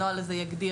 הנוהל הזה יגדיר